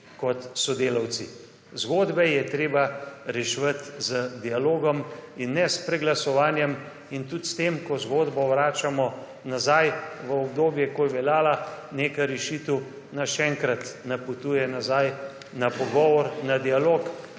kot sodelavci. Zgodbe je treba reševati z dialogom in ne s preglasovanjem. In tudi s tem, ko zgodbo vračamo nazaj v obdobje, ko je veljala neka rešitev, nas še enkrat napotuje nazaj na pogovor, na dialog.